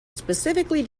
specifically